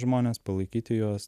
žmones palaikyti juos